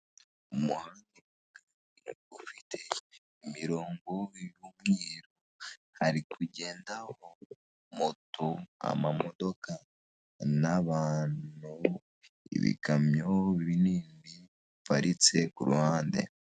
Umuhanda ufite imirongo y'umweru hari kugendamo moto, amamodoka n'abantu, ibikamyo binini biparitse ku ruhande.